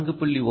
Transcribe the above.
இது 4